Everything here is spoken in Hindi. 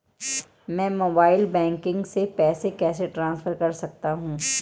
मैं मोबाइल बैंकिंग से पैसे कैसे ट्रांसफर कर सकता हूं?